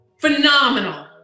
Phenomenal